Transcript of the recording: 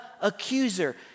accuser